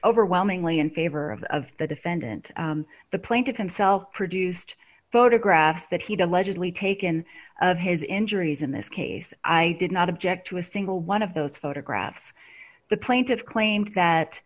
overwhelmingly in favor of the defendant the plan to can self produced photographs that he to legislate taken of his injuries in this case i did not object to a single one of those photographs the plaintiffs claimed that